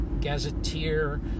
gazetteer